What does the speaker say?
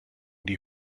die